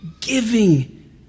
giving